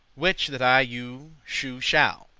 which that i you shewe shall.